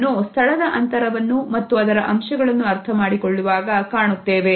ಇದನ್ನು ಸ್ಥಳದ ಅಂತರವನ್ನು ಮತ್ತು ಅದರ ಅಂಶಗಳನ್ನು ಅರ್ಥಮಾಡಿಕೊಳ್ಳುವಾಗ ಕಾಣುತ್ತೇವೆ